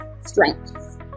strengths